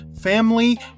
family